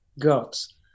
gods